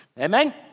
Amen